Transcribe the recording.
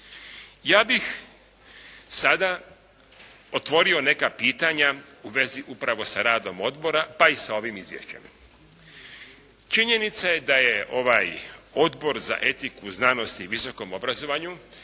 Ja bih sada otvorio neka pitanja u vezi upravo sa radom odbora pa i sa ovim izvješćem. Činjenica je da je ovaj Odbor za etiku, znanost i visokom obrazovanju